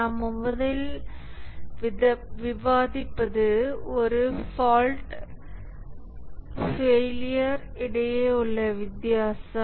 நாம் முதலில் விவாதிப்பது ஒரு ஃபால்ட் ஃபெயிலியர் இடையே உள்ள வித்தியாசம்